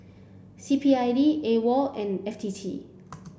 C P I D AWOL and F T T